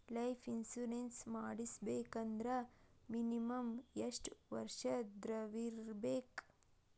Life insurance ಮಾಡ್ಸ್ಬೇಕಂದ್ರ minimum ಯೆಷ್ಟ್ ವರ್ಷ ದವ್ರಿರ್ಬೇಕು?